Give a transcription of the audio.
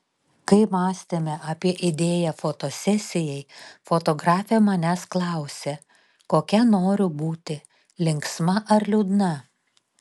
kai mąstėme apie idėją fotosesijai fotografė manęs klausė kokia noriu būti linksma ar liūdna